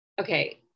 okay